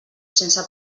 sense